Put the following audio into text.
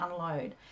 unload